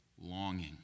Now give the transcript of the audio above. longing